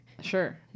Sure